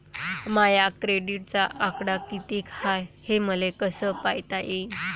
माया क्रेडिटचा आकडा कितीक हाय हे मले कस पायता येईन?